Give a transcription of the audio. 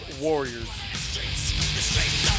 Warriors